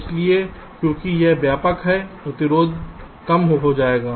इसलिए क्योंकि यह व्यापक है प्रतिरोध कम हो जाएगा